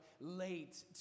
late